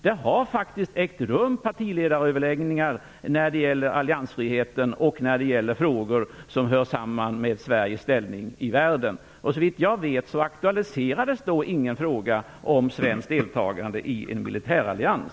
Det har faktiskt ägt rum partiledaröverläggningar när det gäller alliansfriheten och när det gäller frågor som hör samman med Sveriges ställning i världen. Såvitt jag vet aktualiserades då ingen fråga om svenskt deltagande i en militärallians.